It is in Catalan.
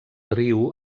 riu